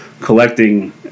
collecting